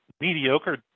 mediocre